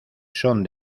son